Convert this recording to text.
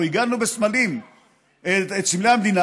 אנחנו עיגנו את סמלי המדינה.